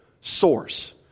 source